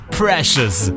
precious